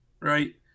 right